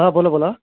हां बोला बोला